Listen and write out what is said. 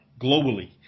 globally